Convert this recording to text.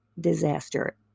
disaster